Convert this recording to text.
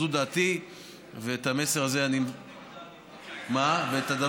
זו דעתי, ואת המסר הזה אני, למחות נגד האלימות.